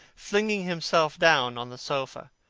flinging himself down on the sofa.